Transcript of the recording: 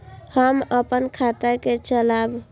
हम अपन खाता के चलाब?